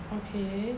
okay